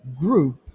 group